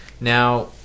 Now